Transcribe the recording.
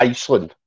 Iceland